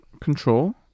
control